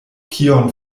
kion